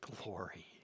glory